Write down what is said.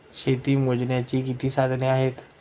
शेती मोजण्याची किती साधने आहेत?